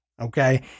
Okay